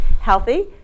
healthy